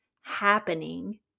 happening